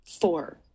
Four